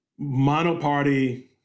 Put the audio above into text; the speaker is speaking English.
monoparty